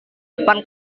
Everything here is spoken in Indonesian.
depan